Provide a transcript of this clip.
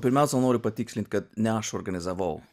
pirmiausia noriu patikslint kad ne aš organizavau